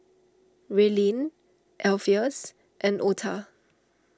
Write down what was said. Raelynn Alpheus and Otha